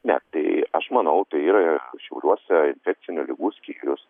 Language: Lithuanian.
ne tai aš manau tai yra šiauliuose infekcinių ligų skyrius